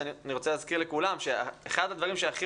אני רוצה להזכיר לכולם שאחד הדברים שהכי